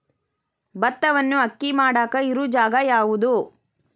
ಭತ್ತವನ್ನು ಅಕ್ಕಿ ಮಾಡಾಕ ಇರು ಜಾಗ ಯಾವುದು?